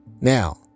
Now